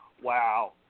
wow